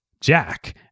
Jack